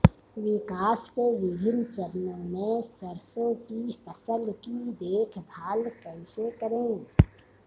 विकास के विभिन्न चरणों में सरसों की फसल की देखभाल कैसे करें?